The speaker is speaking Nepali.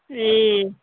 ए